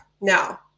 Now